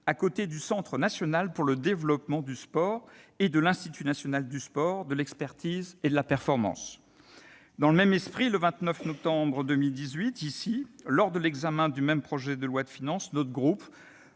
à côté du Centre national pour le développement du sport et de l'Institut national du sport, de l'expertise et de la performance. Dans le même esprit, le 29 novembre 2018, lors de l'examen du même projet de loi de finances, notre groupe,